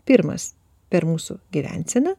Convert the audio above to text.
pirmas per mūsų gyvenseną